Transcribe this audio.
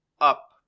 up